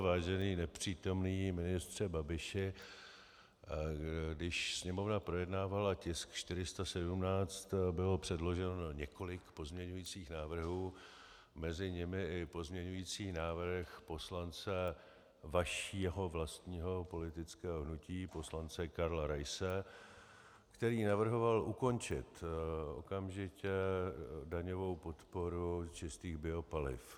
Vážený nepřítomný ministře Babiši, když Sněmovna projednávala tisk 417, bylo předloženo několik pozměňovacích návrhů, mezi nimi i pozměňovací návrh poslance vašeho vlastního politického hnutí, poslance Karla Raise, který navrhoval ukončit okamžitě daňovou podporu čistých biopaliv.